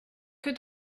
que